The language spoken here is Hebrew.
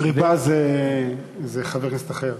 ריבה זה חבר כנסת אחר.